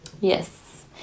Yes